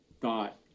thought